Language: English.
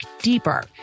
deeper